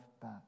back